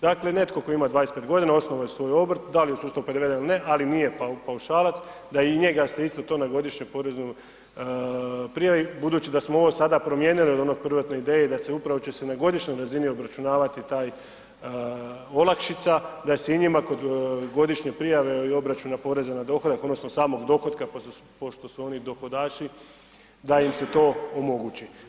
Dakle, netko tko ima 25 godina, osnovao je svoj obrt, da li je u sustavu PDV-a ili ne, ali nije paušalac da i njega se isto to na godišnjoj poreznoj prijavi, budući da smo ovo sada promijenili od one prvotne ideje, da se upravo će se na godišnjoj razini obračunavati taj olakšica, da se i njima kod godišnje prijave i obračuna porezna na dohodak odnosno samog dohotka pošto su oni dohodaši, da im se to omogući.